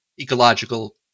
ecological